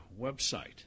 website